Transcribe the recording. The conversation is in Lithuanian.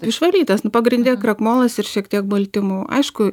išvalytas nu pagrinde krakmolas ir šiek tiek baltymų aišku